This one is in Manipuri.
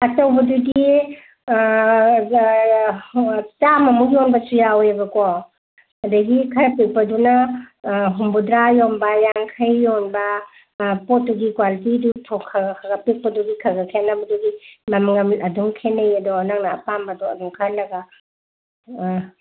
ꯑꯆꯧꯕꯗꯨꯗꯤ ꯆꯥꯝꯃꯃꯨꯛ ꯌꯣꯟꯕꯁꯨ ꯌꯥꯎꯋꯦꯕꯀꯣ ꯑꯗꯒꯤ ꯈꯔ ꯄꯤꯛꯄꯗꯨꯅ ꯍꯨꯝꯐꯨꯇꯔꯥ ꯌꯣꯟꯕ ꯌꯥꯡꯈꯩ ꯌꯣꯟꯕ ꯄꯣꯠꯇꯨꯒꯤ ꯀ꯭ꯋꯥꯂꯤꯇꯤꯗꯨ ꯈꯔ ꯈꯔ ꯄꯤꯛꯄꯗꯨꯗꯤ ꯈꯔ ꯈꯔ ꯈꯦꯠꯅꯕꯗꯨꯗꯤ ꯃꯃꯟ ꯑꯗꯨꯝ ꯈꯦꯠꯅꯩꯌꯦ ꯑꯗꯣ ꯅꯪꯅ ꯑꯄꯥꯝꯕꯗꯣ ꯑꯗꯨꯝ ꯈꯜꯂꯒ